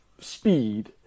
speed